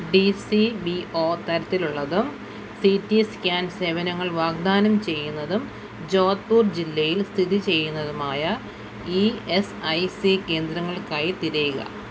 D C B O തരത്തിലുള്ളതും C T scan സേവനങ്ങൾ വാഗ്ദാനം ചെയ്യുന്നതും ജോധ്പൂർ ജില്ലയിൽ സ്ഥിതി ചെയ്യുന്നതുമായ ഇ എസ് ഐ സി കേന്ദ്രങ്ങൾക്കായി തിരയുക